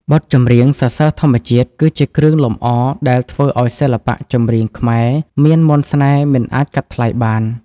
បទចម្រៀងសរសើរធម្មជាតិគឺជាគ្រឿងលម្អដែលធ្វើឱ្យសិល្បៈចម្រៀងខ្មែរមានមន្តស្នេហ៍មិនអាចកាត់ថ្លៃបាន។